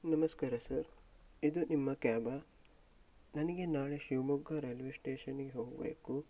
ನಮಸ್ಕಾರ ಸರ್ ಇದು ನಿಮ್ಮ ಕ್ಯಾಬಾ ನನಗೆ ನಾಳೆ ಶಿವಮೊಗ್ಗ ರೈಲ್ವೆ ಸ್ಟೇಷನ್ನಿಗೆ ಹೋಗಬೇಕು